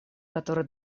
которое